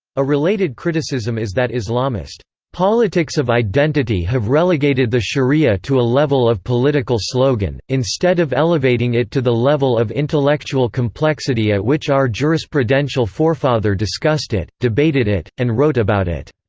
a related criticism is that islamist politics of identity have relegated the sharia to a level of political slogan, instead of elevating it to the level of intellectual complexity at which our jurisprudential forefather discussed it, debated it, and wrote about it.